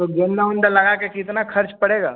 तो गेंदा ओंदा लगा के कितना खर्च पड़ेगा